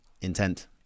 intent